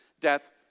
death